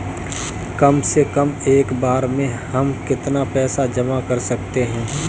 कम से कम एक बार में हम कितना पैसा जमा कर सकते हैं?